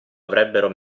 avrebbero